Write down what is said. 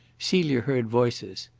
celia heard voices.